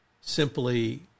simply